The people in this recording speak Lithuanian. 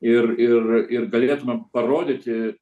ir ir ir galėtumėm parodyti